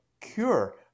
cure